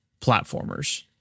platformers